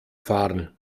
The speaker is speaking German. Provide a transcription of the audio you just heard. fahren